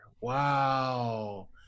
Wow